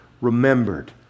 remembered